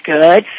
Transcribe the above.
good